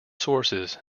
sources